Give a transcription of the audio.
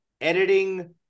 editing